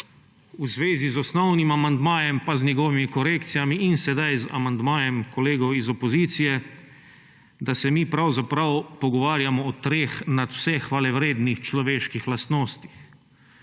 v zvezi z osnovnim amandmajem in z njegovimi korekcijami in sedaj z amandmajem kolegov iz opozicije mi pravzaprav pogovarjamo o treh nadvse hvalevrednih človeških lastnostih